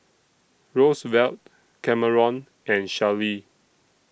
Rosevelt Cameron and Shellie